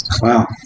Wow